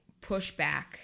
pushback